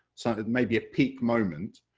sort of maybe a peak moment,